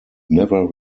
never